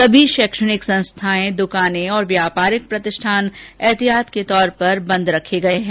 सभी शैक्षणिक संस्थाएं दुकानें और व्यापारिक प्रतिष्ठान ऐहतियात के तौर पर बंद रखे गए हैं